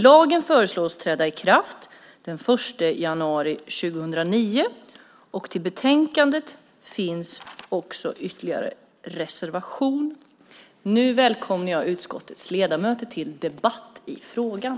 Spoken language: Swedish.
Lagen föreslås träda i kraft den 1 januari 2009. I betänkandet finns en reservation. Nu välkomnar jag utskottets ledamöter till debatt i frågan.